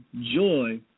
joy